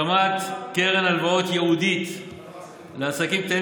הקמת קרן הלוואות ייעודית לעסקים קטנים